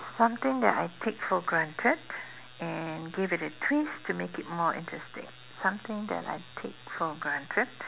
something that I take for granted and give it a twist to make it more interesting something that I take for granted